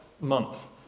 month